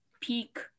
peak